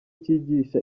cyigisha